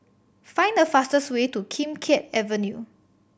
find the fastest way to Kim Keat Avenue